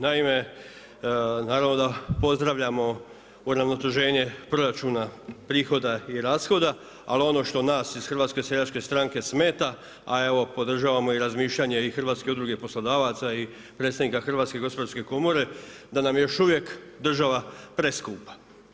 Naime, naravno, da pozdravljamo uravnoteženje proračuna prihoda i rashoda, ali ono što nas iz HSS-a smeta, a evo, podržavamo i razmišljanje i Hrvatske udruge poslodavaca i predstavnika Hrvatske gospodarske komore, da nam je još uvijek država preskupa.